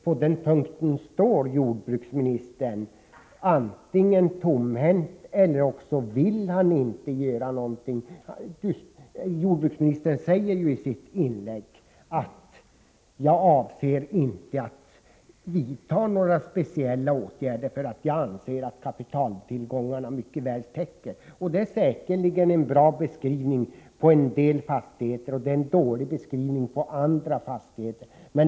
På den punkten står jordbruksministern antingen tomhänt eller också vill han inte göra någonting. Jordbruksministern sade ju i sitt inlägg att han inte avser att vidta några speciella åtgärder, eftersom enligt hans mening kapitaltillgångarna mycket väl räcker till. Det är säkerligen en bra beskrivning på en del fastigheter, men det är en dålig beskrivning på andra fastigheter.